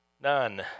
None